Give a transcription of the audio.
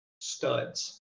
studs